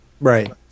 right